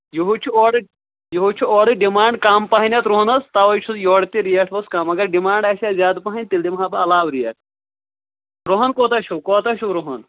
یِہُس چھِ اورٕ یِہُس چھِ اورٕ ڈِمانٛڈ کَم پَہمَتھ روٚہنَس تَوَے چھُ یورٕ تہِ ریٹ ؤژھ کَم اَگر ڈِمانٛڈ آسہِ ہا زیادٕ پَہم تیٚلہِ دِمہٕ ہا بہٕ علاوٕ ریٹ روٚہَن کوتاہ چھُو کوتاہ چھُو روٚہَن